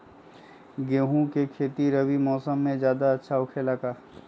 गेंहू के खेती रबी मौसम में ज्यादा होखेला का?